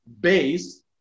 base